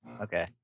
Okay